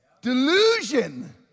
Delusion